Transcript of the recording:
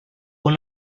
con